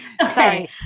Sorry